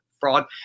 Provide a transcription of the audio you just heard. fraud